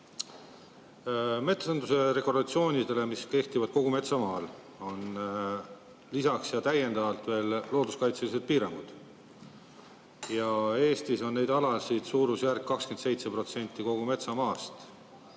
Metsanduse regulatsioonidele, mis kehtivad kogu metsamaal, on lisaks looduskaitselised piirangud. Eestis on neid alasid suurusjärgus 27% kogu metsamaast